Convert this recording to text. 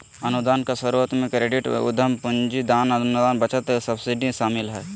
अनुदान के स्रोत मे क्रेडिट, उधम पूंजी, दान, अनुदान, बचत, सब्सिडी शामिल हय